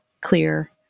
clear